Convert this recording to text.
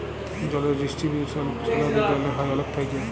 জলের ডিস্টিরিবিউশল ছারা দুলিয়াল্লে হ্যয় অলেক থ্যাইকে